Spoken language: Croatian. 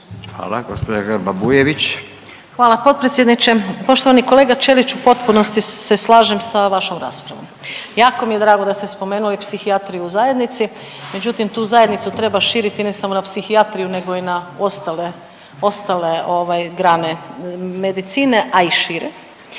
**Grba-Bujević, Maja (HDZ)** Hvala potpredsjedniče. Poštovani kolega Ćeliću, u potpunosti se slažem sa vašom raspravom. Jako mi je drago da ste spomenuli psihijatriju u zajednici, međutim tu zajednicu treba širiti ne samo na psihijatriju nego i na ostale grane medicine, a i šire.